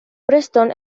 preston